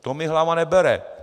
To mi hlava nebere.